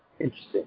Interesting